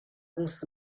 公司